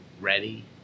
ready